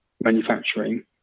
manufacturing